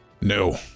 No